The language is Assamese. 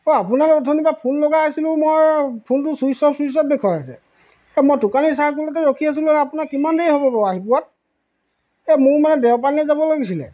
অ' আপোনাক অথনিপা ফোন লগাই আছিলোঁ মই ফোনটো ছুইচ অফ ছুইচ অফ দেখুৱাই আছে এ মই টুকালি চাৰ্কলতে ৰখি আছিলোঁ আপোনাৰ কিমান দেৰি হ'ব বাৰু আহি পোৱাত এই মোৰ মানে দেওপানীলৈ যাব লাগিছিলে